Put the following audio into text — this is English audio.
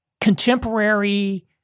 contemporary